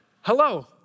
Hello